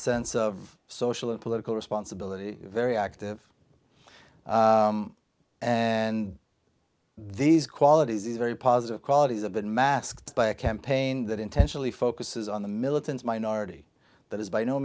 sense of social and political responsibility very active and these qualities is very positive qualities of been masked by a campaign that intentionally focuses on the militants minority that is by no